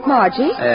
Margie